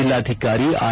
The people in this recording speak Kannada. ಜಿಲ್ಲಾಧಿಕಾರಿ ಆರ್